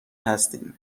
هستین